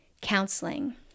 counseling